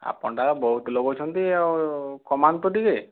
ଆପଣ ତାହାଲେ ବହୁତ ଲଗଉଛନ୍ତି ଆଉ କମାନ୍ତୁ ଟିକେ